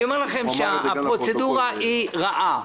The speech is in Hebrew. אני אומר לכם שהפרוצדורה היא רעה.